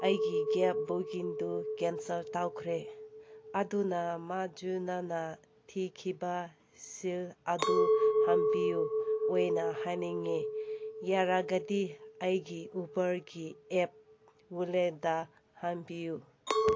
ꯑꯩꯒꯤ ꯀꯦꯞ ꯕꯨꯛꯀꯤꯡꯗꯨ ꯀꯦꯟꯁꯦꯜ ꯇꯧꯈ꯭ꯔꯦ ꯑꯗꯨꯅ ꯃꯗꯨꯗꯨꯅ ꯊꯤꯈꯤꯕ ꯁꯦꯜ ꯑꯗꯨ ꯍꯟꯕꯤꯌꯨ ꯑꯣꯏꯅ ꯍꯥꯏꯅꯤꯡꯉꯤ ꯌꯥꯔꯒꯗꯤ ꯑꯩꯒꯤ ꯎꯕꯔꯒꯤ ꯑꯦꯞ ꯋꯥꯂꯦꯠꯇ ꯍꯥꯟꯕꯤꯌꯨ